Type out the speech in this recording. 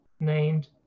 named